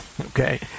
Okay